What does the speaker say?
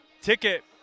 ticket